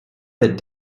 that